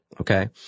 Okay